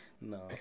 No